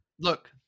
Look